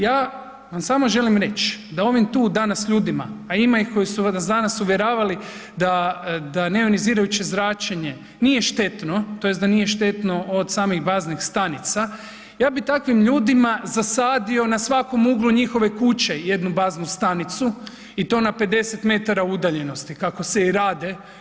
Ja vam samo želim reći da ovim tu danas ljudima a ima ih koji su vas danas uvjeravali da neonizirajuće zračenje nije štetno tj. da nije štetno od samih baznih stanica, ja bih takvim ljudima zasadio na svakom uglu njihove kuće jednu baznu stanicu i to na 50 metara udaljenosti kako se i rade.